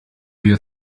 you